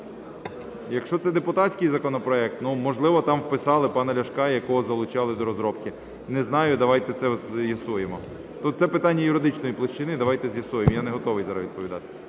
Якщо це депутатський законопроект, можливо, там вписали пана Ляшка, якого залучали до розробки. Не знаю, давайте це з'ясуємо. Це питання юридичної площини, давайте з'ясуємо. Я не готовий зараз відповідати.